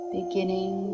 beginning